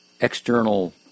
external